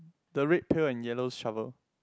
the red pail and yellow shovel